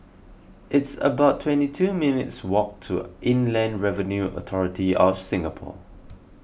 it's about twenty two minutes' walk to Inland Revenue Authority of Singapore